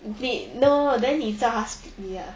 你 no then 你叫她 split 你 lah